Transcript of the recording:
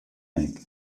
egg